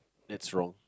that's wrong